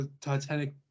Titanic